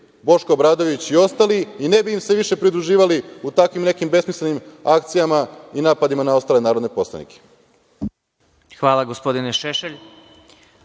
Boško Obradović i ostali i ne bi im se više pridruživali u takvim nekim besmislenim akcijama i napadima na ostale narodne poslanike. **Vladimir